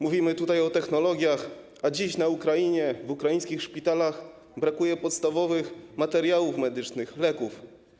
Mówimy tutaj o technologiach, a dziś na Ukrainie, w ukraińskich szpitalach brakuje podstawowych materiałów medycznych, leków.